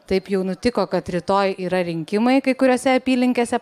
taip jau nutiko kad rytoj yra rinkimai kai kuriose apylinkėse